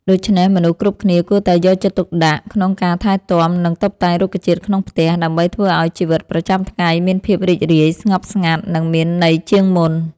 ដូច្នេះ មនុស្សគ្រប់គ្នាគួរតែយកចិត្តទុកដាក់ក្នុងការថែទាំ និងតុបតែងរុក្ខជាតិក្នុងផ្ទះ ដើម្បីធ្វើឲ្យជីវិតប្រចាំថ្ងៃមានភាពរីករាយ ស្ងប់ស្ងាត់ និងមានន័យជាងមុន។